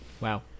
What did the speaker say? Wow